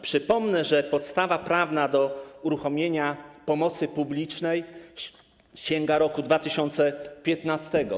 Przypomnę, że podstawa prawna do uruchomienia pomocy publicznej sięga roku 2015.